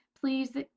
please